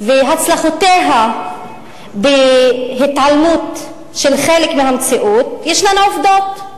והצלחותיה בהתעלמות מחלק מהמציאות, ישנן עובדות,